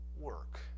work